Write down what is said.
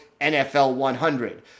NFL100